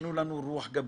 שנתנו לנו רוח גבית,